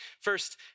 First